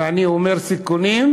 ואני אומר "סיכונים",